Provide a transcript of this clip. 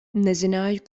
nezināju